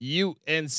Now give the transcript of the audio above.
UNC